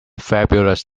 fabulous